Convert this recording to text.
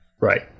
Right